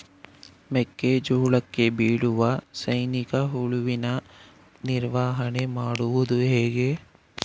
ಮೆಕ್ಕೆ ಜೋಳಕ್ಕೆ ಬೀಳುವ ಸೈನಿಕ ಹುಳುವಿನ ನಿರ್ವಹಣೆ ಮಾಡುವುದು ಹೇಗೆ?